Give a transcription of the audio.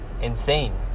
insane